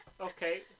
Okay